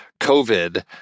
COVID